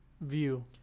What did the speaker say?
view